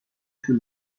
طول